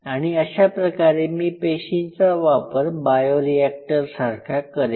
आणि अशाप्रकारे मी पेशींचा वापर बायोरिएक्टर सारखा करेन